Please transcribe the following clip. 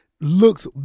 looks